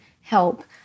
help